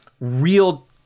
real